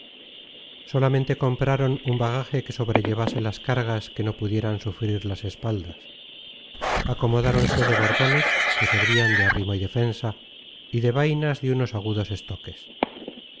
solamente compraron un bagaje que sobrellevase las cargas que no pudieran sufrir las espaldas acomodáronse de bordones que servian de arrimo y defensa y de vainas de unos agudos estoques